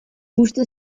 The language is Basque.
puzte